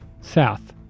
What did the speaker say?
South